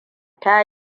ta